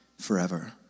forever